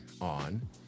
on